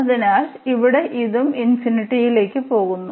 അതിനാൽ ഇവിടെ ഇതും ∞ക്ക് പോകുന്നു